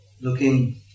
looking